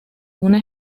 una